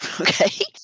okay